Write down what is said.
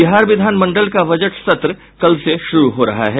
बिहार विधानमंडल का बजट सत्र कल से शुरू हो रहा है